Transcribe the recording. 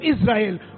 Israel